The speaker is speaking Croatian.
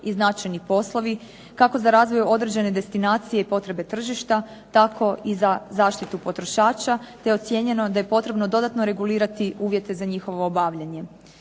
i značajni poslovi kako za razvoj određene destinacije i potrebe tržišta tako i za zaštitu potrošača, te je ocijenjeno da je potrebno dodatno regulirati uvjete za njihovo obavljanje.